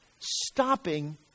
stopping